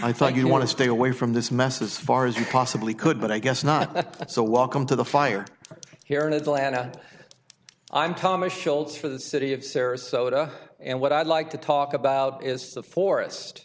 i thought you want to stay away from this mess as far as you possibly could but i guess not so welcome to the fire here in atlanta i'm thomas schultz for the city of sarasota and what i'd like to talk about is the forest